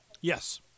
Yes